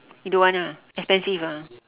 you don't want ah expensive ah